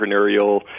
entrepreneurial